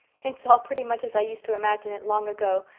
it's all pretty much as i used to imagine it long ago,